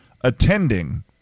attending